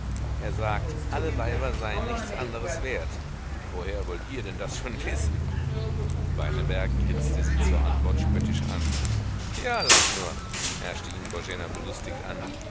er sagt alle weiber seien nichts anderes wert woher wollt ihr denn das schon wissen beineberg grinste sie zur antwort spöttisch an ja lach nur herrschte ihn boena belustigt an